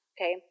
okay